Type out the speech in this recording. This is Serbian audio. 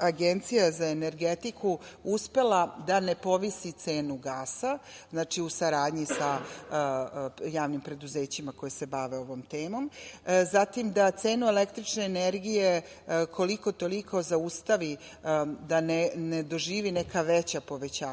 Agencija za energetiku uspela da ne povisi cenu gasa, znači, u saradnji sa javnim preduzećima koja se bave ovom temom, zatim, da cenu električne energije koliko toliko zaustavi da ne doživi neka veća povećanja,